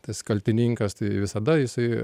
tas kaltininkas tai visada jisai